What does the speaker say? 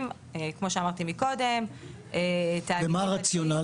כמו שאמרתי מקודם --- ומה הרציונל?